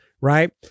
Right